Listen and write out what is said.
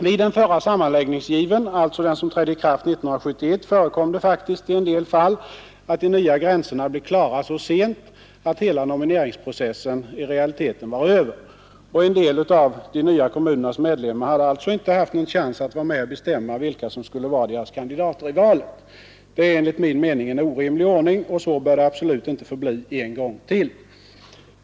Vid den förra sammanläggningsgiven, som trädde i kraft 1971, förekom det faktiskt i en del fall, att de nya gränserna blev klara så sent att hela nomineringsprocessen i realiteten var över. En del av de nya kommunernas medlemmar hade alltså inte haft en chans att vara med och bestämma, vilka som skulle vara deras kandidater i valet. Det är enligt min mening en orimlig ordning, och så bör det absolut inte få bli en gång till.